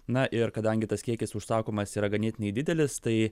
na ir kadangi tas kiekis užsakomas yra ganėtinai didelis tai